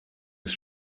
ist